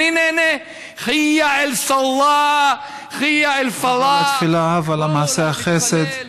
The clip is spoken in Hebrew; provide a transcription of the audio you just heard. אני נהנה: (אומר בערבית: הבה למעשה החסד.)